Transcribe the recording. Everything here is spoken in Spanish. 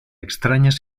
extrañas